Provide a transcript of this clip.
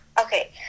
Okay